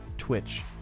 twitch